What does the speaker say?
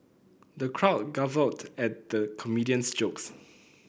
the crowd guffawed at the comedian's jokes